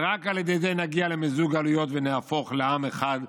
ורק על ידי זה נגיע למיזוג גלויות ונהפוך לעם אחד,